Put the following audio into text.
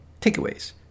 takeaways